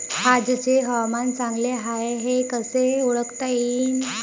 आजचे हवामान चांगले हाये हे कसे ओळखता येईन?